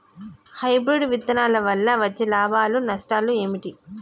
Hybrid విత్తనాల వల్ల వచ్చే లాభాలు నష్టాలు ఏమిటి?